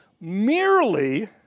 merely